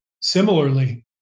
similarly